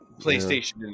PlayStation